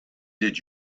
did